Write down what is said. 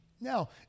Now